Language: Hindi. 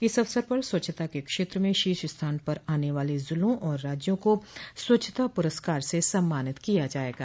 इस अवसर पर स्वच्छता के क्षेत्र में शीर्ष स्थान पर आने वाले जिलों और राज्यों को स्वच्छता पुरस्कार से सम्मानित किया जायेगा